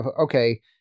okay